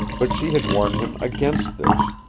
but she had warned him against this,